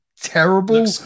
terrible